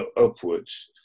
upwards